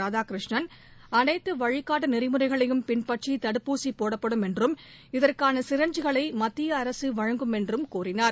ராதாகிருஷ்ணன் அனைத்து வழிகாட்டு நெறிமுறைகளையும் பின்பற்றி தடுப்பூசி போடப்படும் என்றும் இதற்னன சிரஞ்சிகளை மத்திய அரசு வழங்கும் என்றும் கூறினார்